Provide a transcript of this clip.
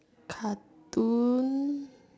cartoon